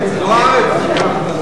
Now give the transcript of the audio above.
תוכנית הבראה,